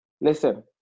listen